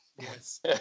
Yes